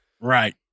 Right